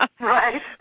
Right